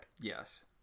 yes